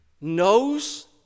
knows